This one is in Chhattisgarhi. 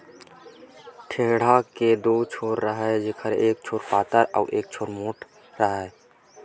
टेंड़ा के दू छोर राहय जेखर एक छोर पातर अउ दूसर छोर मोंठ राहय